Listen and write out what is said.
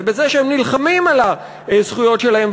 ובזה שהם נלחמים על הזכויות שלהם,